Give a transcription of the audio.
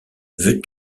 veux